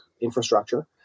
infrastructure